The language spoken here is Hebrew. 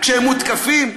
כשהם מותקפים,